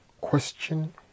question